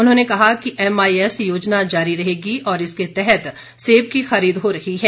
उन्होंने कहा कि एमआईएस योजना जारी रहेगी और इसके तहत सेब की खरीद हो रही है